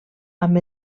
amb